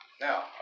Now